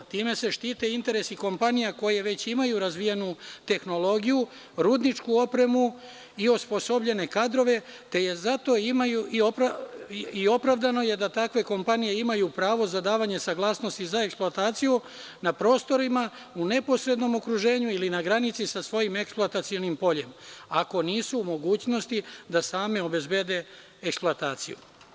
Time se štite interesi kompanija koje već imaju razvijenu tehnologiju, rudničku opremu i osposobljene kadrove, te zato imaju i opravdano je da takve kompanije imaju pravo za davanje saglasnosti za eksploataciju na prostorima u neposrednom okruženju ili na granici sa svojim eksploatacionim poljima, ako nisu u mogućnosti da same obezbede eksploataciju.